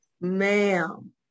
Ma'am